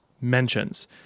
mentions